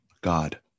God